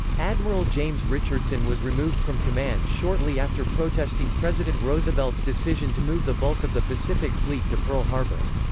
admiral james richardson was removed from command shortly after protesting president roosevelt's decision to move the bulk of the pacific fleet to pearl harbor.